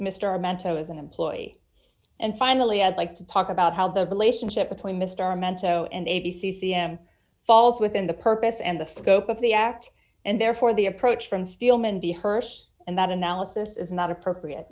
mr mental as an employee and finally i'd like to talk about how the relationship between mr mento and a b c c m falls within the purpose and the scope of the act and therefore the approach from steelman the hearse and that analysis is not appropriate